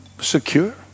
secure